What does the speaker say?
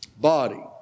body